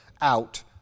out